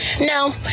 no